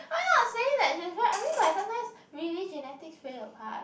I'm not saying that she's very I mean like sometimes really genetics play a part